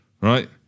right